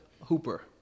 Hooper